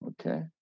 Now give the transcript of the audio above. okay